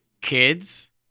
kids